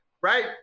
right